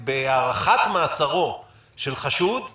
אנחנו כמובן עוצרים רק אם המעצר הוא חיוני בשים לב למצב החירום.